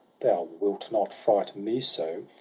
thou wilt not fright me so!